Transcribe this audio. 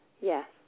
yes